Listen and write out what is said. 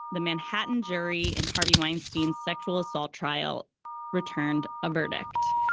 the manhattan jury and harvey weinstein sexual assault trial returned a verdict.